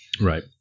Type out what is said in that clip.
right